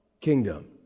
kingdom